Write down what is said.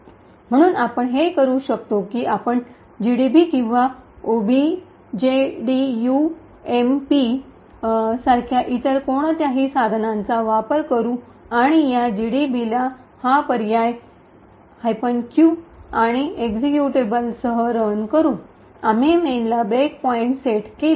म्हणून आपण हे करू शकतो की आपण जीडीबी किंवा ओबीजेडीयूएमपी सारख्या इतर कोणत्याही साधनाचा वापर करू आणि या जीडीबीला हा पर्याय ऑप्शन ' क्यू' आणि एक्झिक्युटेबलसह रन करू आणि आम्ही मेनला ब्रेक पॉईंट सेट केला